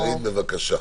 בבקשה.